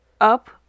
up